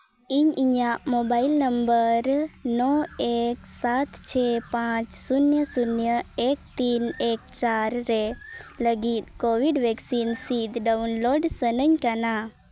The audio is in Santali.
ᱤᱧ ᱤᱧᱟᱹᱜ ᱢᱳᱵᱟᱭᱤᱞ ᱱᱚᱢᱵᱚᱨ ᱱᱚ ᱮᱹᱠ ᱥᱟᱛ ᱪᱷᱮ ᱯᱟᱸᱪ ᱥᱩᱱᱱᱚ ᱥᱩᱱᱱᱚ ᱮᱹᱠ ᱛᱤᱱ ᱮᱹᱠ ᱪᱟᱨ ᱨᱮ ᱞᱟᱹᱜᱤᱫ ᱠᱳᱵᱷᱤᱰ ᱵᱷᱮᱠᱥᱤᱱ ᱥᱤᱫ ᱰᱟᱣᱩᱱᱞᱳᱰ ᱥᱟᱱᱟᱹᱧ ᱠᱟᱱᱟ